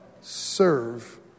serve